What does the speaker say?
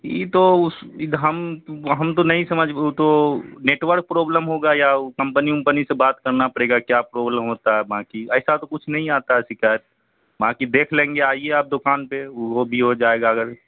یہ تو اس ادھم ہم تو نہیں سمجھ وہ تو نیٹ ورک پرابلم ہوگا یا کمپنی امپنی سے بات کرنا پڑے گا کہ کیا پرابلم ہوتا ہے باقی ایسا تو کچھ نہیں آتا ہے شکایت باقی دیکھ لیں گے آئیے آپ دکان پہ وہ بھی ہو جائے گا اگر